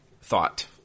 thought